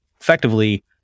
effectively